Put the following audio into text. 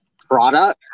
product